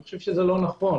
אני חושב שזה לא נכון.